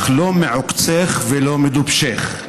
/ אך לא מעוקצך ולא מדובשך.